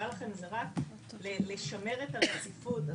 זה רק לשמר את הרציפות.